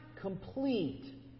complete